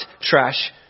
trash